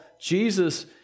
Jesus